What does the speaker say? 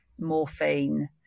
morphine